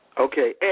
Okay